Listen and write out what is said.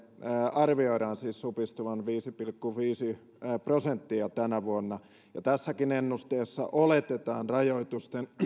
arvioidaan siis supistuvan viisi pilkku viisi prosenttia tänä vuonna ja tässäkin ennusteessa oletetaan rajoitusten